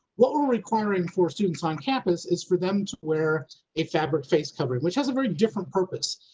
what we're requiring for students on campus is for them wear a fabric face covering. which has a very different purpose.